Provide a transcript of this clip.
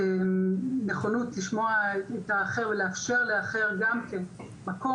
נכונות לשמוע את האחר או לאפשר לאחר מקום.